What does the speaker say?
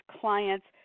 clients